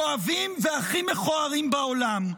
כואבים והכי מכוערים בעולם.